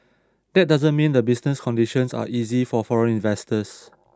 that doesn't mean the business conditions are easy for foreign investors